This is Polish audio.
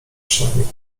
przynajmniej